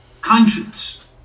conscience